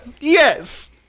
Yes